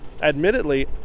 admittedly